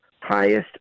highest